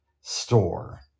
store